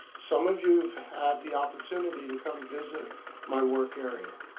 some of you have had the opportunity to come visit my work area.